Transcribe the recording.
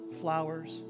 flowers